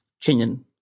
Kenyan